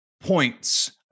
points